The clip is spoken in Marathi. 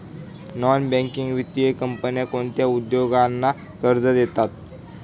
नॉन बँकिंग वित्तीय कंपन्या कोणत्या उद्योगांना कर्ज देतात?